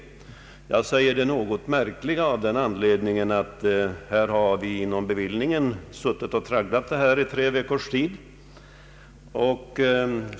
Jag finner det hela något märkligt. Inom bevillningsutskottet har vi suttit och tragglat med detta ärende i tre veckors tid.